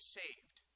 saved